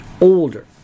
older